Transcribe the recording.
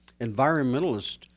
environmentalists